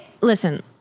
listen